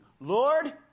Lord